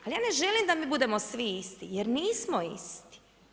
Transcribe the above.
Ali ja ne želim da mu budemo svi isti jer nismo isti.